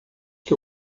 que